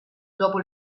dopo